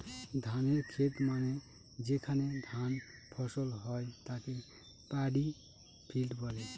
ধানের খেত মানে যেখানে ধান ফসল হয় তাকে পাডি ফিল্ড বলে